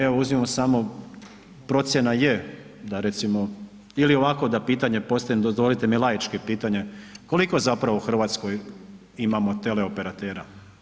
Evo uzmimo samo, procjena je da recimo ili ovako da pitanje postavim, dozvolite mi, laički pitanje, koliko zapravo u Hrvatskoj imamo teleoperatera?